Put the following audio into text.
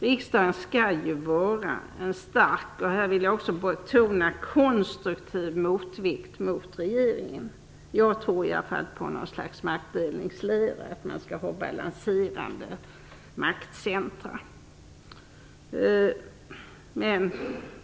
Riksdagen skall ju vara en stark och - detta vill jag betona - konstruktiv motvikt till regeringen. Jag tror i alla fall på ett slags maktdelning med balanserande maktcentrum.